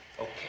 Okay